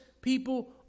people